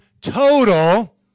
total